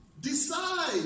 decide